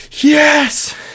yes